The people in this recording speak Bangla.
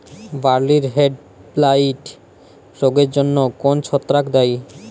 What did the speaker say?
বার্লির হেডব্লাইট রোগের জন্য কোন ছত্রাক দায়ী?